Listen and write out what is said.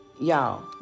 y'all